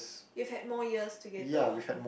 you've had more years together